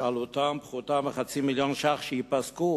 שעלותם פחותה מחצי מיליון ש"ח, שייפסקו